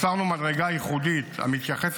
12 בדצמבר 2024 הפיץ אגף כוח האדם את מדיניות